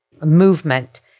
movement